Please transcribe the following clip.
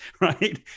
right